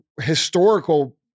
historical